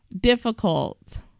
difficult